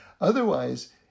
Otherwise